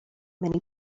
many